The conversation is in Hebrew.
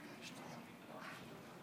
ההסתייגות (1)